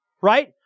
Right